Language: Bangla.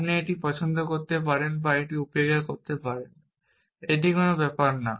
আপনি এটি পছন্দ করতে পারেন বা আপনি এটি উপেক্ষা করতে পারেন এটি কোন ব্যাপার না